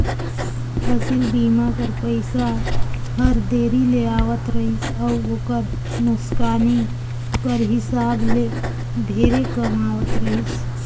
फसिल बीमा कर पइसा हर देरी ले आवत रहिस अउ ओकर नोसकानी कर हिसाब ले ढेरे कम आवत रहिस